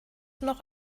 noch